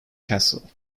castle